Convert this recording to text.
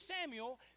Samuel